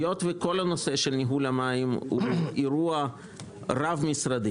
היות שכל הנושא של ניהול המים הוא אירוע רב משרדי